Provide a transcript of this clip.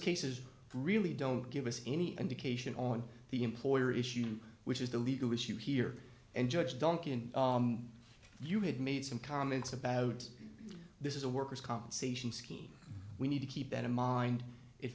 cases really don't give us any indication on the employer issue which is the legal issue here and judge duncan you had made some comments about this is a worker's compensation scheme we need to keep that in mind it